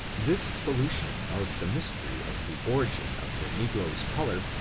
this solution of the mystery of the origin of the negro's color,